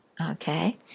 Okay